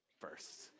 first